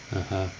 (uh huh)